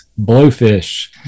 blowfish